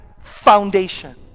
Foundation